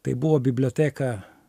tai buvo biblioteka